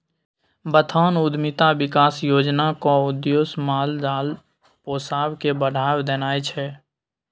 बथान उद्यमिता बिकास योजनाक उद्देश्य माल जाल पोसब केँ बढ़ाबा देनाइ छै